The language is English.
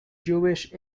jewish